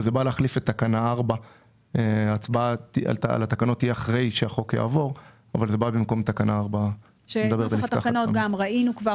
וזה בא להחליף את תקנה 4. הראינו כבר